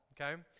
Okay